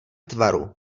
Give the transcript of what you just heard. tvaru